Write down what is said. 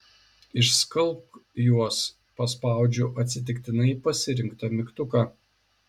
išskalbk juos paspaudžiu atsitiktinai pasirinktą mygtuką